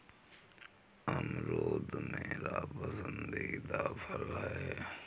अमरूद मेरा पसंदीदा फल है